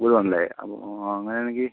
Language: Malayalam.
വീട് വേണമല്ലേ അപ്പോൾ അങ്ങനെയാണെങ്കിൽ